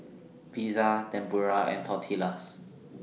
Pizza Tempura and Tortillas